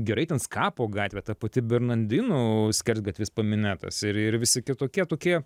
gerai ten skapo gatvė ta pati bernardinų skersgatvis paminėtas ir ir visi kitokie tokie